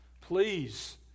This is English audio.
Please